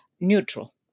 neutral